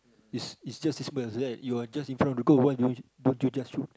is is just this right you are just in front of the goal why don't you don't you just shoot